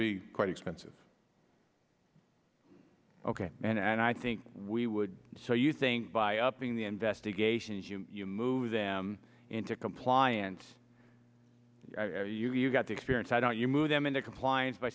be quite expensive ok and i think we would so you think by upping the investigations you you move them in to compliance you you've got to experience i don't you move them into compliance by